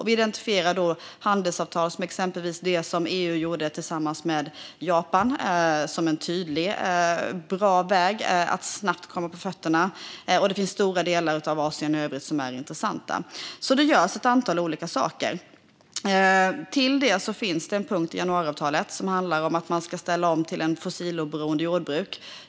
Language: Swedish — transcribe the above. Vi identifierar handelsavtal som exempelvis det EU gjorde tillsammans med Japan som en tydlig och bra väg att snabbt komma på fötterna. Det finns stora delar av Asien i övrigt som är intressanta. Det görs ett antal olika saker. Till det finns en punkt i januariavtalet som handlar om att man ska ställa om till ett fossiloberoende jordbruk.